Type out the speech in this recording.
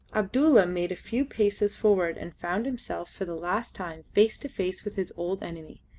abdulla made a few paces forward and found himself for the last time face to face with his old enemy.